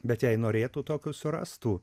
bet jei norėtų tokių surastų